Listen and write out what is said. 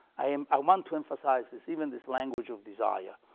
i um i want to emphasize this, even this language of desire,